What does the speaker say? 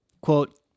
quote